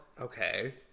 Okay